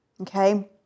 Okay